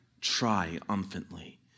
triumphantly